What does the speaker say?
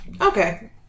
Okay